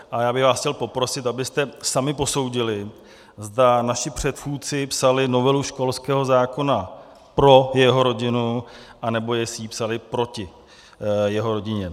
A já bych vás chtěl poprosit, abyste sami posoudili, zda naši předchůdci psali novelu školského zákona pro jeho rodinu, anebo jestli ji psali proti jeho rodině.